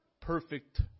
perfect